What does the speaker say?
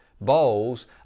bowls